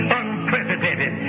unprecedented